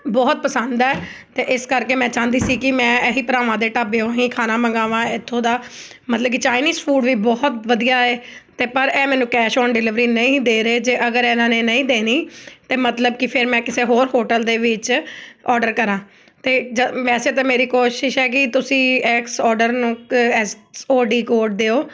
ਬਹੁਤ ਪਸੰਦ ਹੈ ਅਤੇ ਇਸ ਕਰਕੇ ਮੈਂ ਚਾਹੁੰਦੀ ਸੀ ਕਿ ਮੈਂ ਇਹੀ ਭਰਾਵਾਂ ਦੇ ਢਾਬੇ ਤੋਂ ਹੀ ਖਾਣਾ ਮੰਗਾਵਾਂ ਇੱਥੋਂ ਦਾ ਮਤਲਬ ਕਿ ਚਾਈਨੀਜ਼ ਫੂਡ ਵੀ ਬਹੁਤ ਵਧੀਆ ਹੈ ਅਤੇ ਪਰ ਇਹ ਮੈਨੂੰ ਕੈਸ਼ ਔਨ ਡਿਲੀਵਰੀ ਨਹੀਂ ਦੇ ਰਹੇ ਜੇ ਅਗਰ ਇਹਨਾਂ ਨੇ ਨਹੀਂ ਦੇਣੀ ਤਾਂ ਮਤਲਬ ਕਿ ਫਿਰ ਮੈਂ ਕਿਸੇ ਹੋਰ ਹੋਟਲ ਦੇ ਵਿੱਚ ਓਰਡਰ ਕਰਾਂ ਅਤੇ ਜ ਵੈਸੇ ਤਾਂ ਮੇਰੀ ਕੋਸ਼ਿਸ਼ ਹੈਗੀ ਤੁਸੀਂ ਇਸ ਓਰਡਰ ਨੂੰ ਕ ਐਸ ਓ ਡੀ ਕੋਡ ਦਿਉ